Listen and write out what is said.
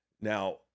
Now